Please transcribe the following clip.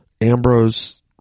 Ambrose